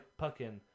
puckin